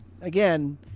again